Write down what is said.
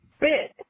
bit